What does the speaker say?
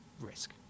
risk